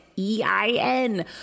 E-I-N